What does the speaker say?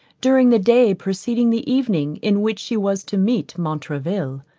during the day preceding the evening in which she was to meet montraville.